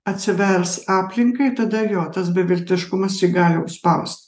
atsivers aplinkai tada jo tas beviltiškumas jį gali užspaust